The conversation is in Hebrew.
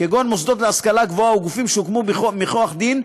כגון מוסדות להשכלה גבוהה או גופים שהוקמו מכוח דין,